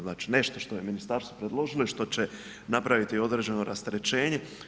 Znači nešto što je ministarstvo predložilo što će napraviti određeno rasterećenje.